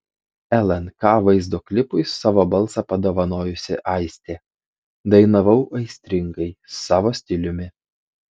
lnk vaizdo klipui savo balsą padovanojusi aistė dainavau aistringai savo stiliumi